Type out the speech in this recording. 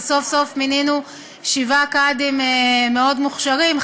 וסוף-סוף מינינו שבעה קאדים מאוד מוכשרים,